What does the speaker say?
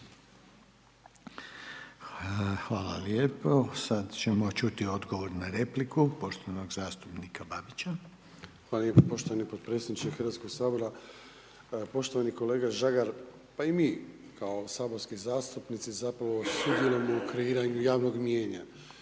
Hvala lijepo. Sada ćemo čuti odgovor na repliku poštovanog zastupnika Babića. **Babić, Ante (HDZ)** Hvala poštovani potpredsjedniče Hrvatskoga sabora. Poštovani kolega Žagar, pa i mi kao saborski zastupnici zapravo sudjelujemo u kreiranju javnog mijenja